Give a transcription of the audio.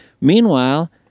Meanwhile